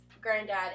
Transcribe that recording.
granddad